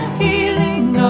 healing